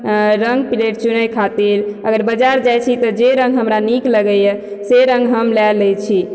रङ्ग प्लेट चुनय खातिर अगर बाजार जाइ छी तऽ जे रङ्ग हमरा नीक लगइए से रङ्ग हम लए लै छी